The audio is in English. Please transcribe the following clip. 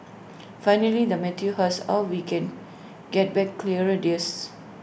finally the Matthew asks how can we get back clearer days